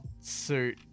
suit